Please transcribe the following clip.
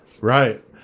Right